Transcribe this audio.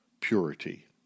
purity